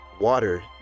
water